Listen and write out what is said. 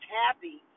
happy